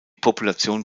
population